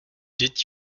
did